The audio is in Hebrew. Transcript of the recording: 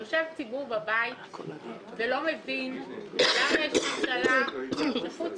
יושב ציבור בבית ולא מבין למה יש ממשלה שחוץ